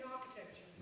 architecture